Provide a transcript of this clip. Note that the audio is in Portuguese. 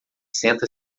senta